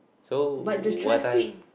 so what time